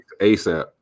ASAP